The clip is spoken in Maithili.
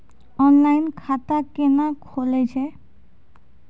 ऑनलाइन खाता केना खुलै छै?